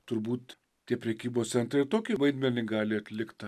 turbūt tie prekybos centrai ir tokį vaidmenį gali atlikt